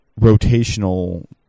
rotational